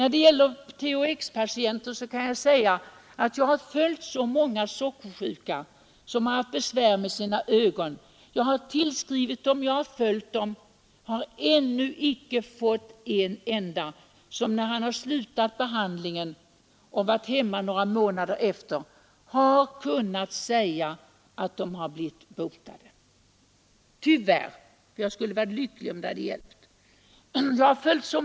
Beträffande THX-patienterna vill jag säga att jag har följt många sockersjuka som har haft besvär med sina ögon. Jag har också skrivit till dem. Men ännu har jag inte funnit en enda patient som efter slutad behandling och efter att ha varit hemma några månader har kunnat säga att han eller hon har blivit botad — tyvärr! Jag skulle ha varit lycklig, om preparatet verkligen hade hjälpt.